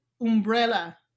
umbrella